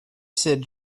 said